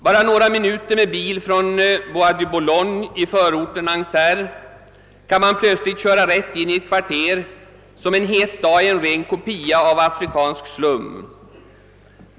Bara några minuter med bil från Bois de Boulogne, i förorten Nanterre, kan man plötsligt köra rätt in i ett kvarter som en het dag är en ren kopia av afrikansk slum.